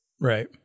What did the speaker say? right